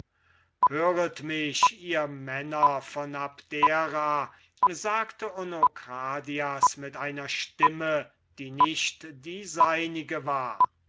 höret mich ihr männer von abdera sagte onokradias mit einer stimme die nicht die seinige war